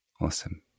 Awesome